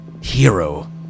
hero